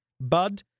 bud